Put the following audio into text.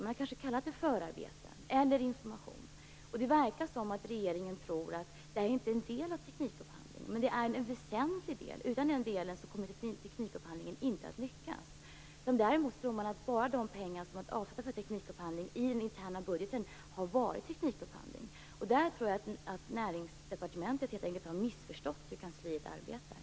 Det har kanske kallats förarbeten eller information. Det verkar som om regeringen tror att det här inte är en del av teknikupphandlingen, men det är en väsentlig del härav, och utan den kommer teknikupphandlingen inte att lyckas. Man tror att bara de pengar som i den interna budgeten är avsedda för teknikupphandling har varit teknikupphandling. Jag tror att Näringsdepartementet på den punkten helt enkelt har missförstått hur kansliet arbetar.